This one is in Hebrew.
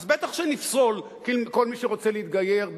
אז בטח שנפסול כל מי שרוצה להתגייר,